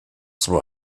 zwar